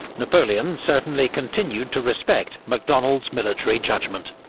napoleon certainly continued to respect macdonald's military judgement.